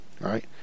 Right